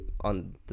on